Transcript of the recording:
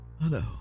Hello